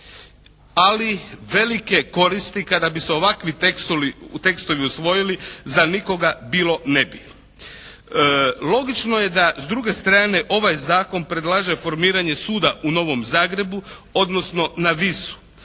ali velike koristi kada bi se ovakvi tekstovi usvojili za nikoga bilo ne bi. Logično je da s druge strane ovaj zakon predlaže formiranje suda u Novom Zagrebu odnosno na Visu.